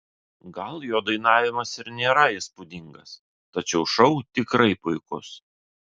gal jo dainavimas ir nėra įspūdingas tačiau šou tikrai puikus